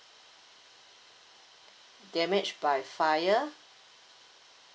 damage by fire